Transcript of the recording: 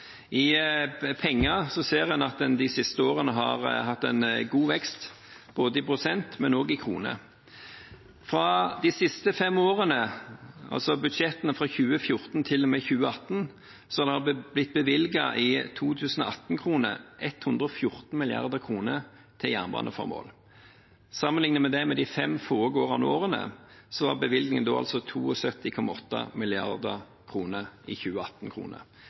I penger ser en at en de siste årene har hatt en god vekst både i prosent og i kroner. I de siste fem årene, altså i budsjettene for 2014 til og med 2018, er det blitt bevilget 114 mrd. 2018-kroner til jernbaneformål. Sammenligner vi det med de fem foregående årene, var bevilgningen da på 72,8 mrd. 2018-kroner. Ser en på den nominelle veksten, er det en økning fra 60,2 mrd. kr til 108,4 mrd. kr. Det i